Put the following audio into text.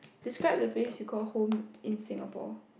describe the place you call home in Singapore